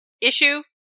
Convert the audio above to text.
issue